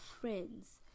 friends